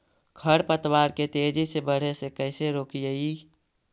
खर पतवार के तेजी से बढ़े से कैसे रोकिअइ?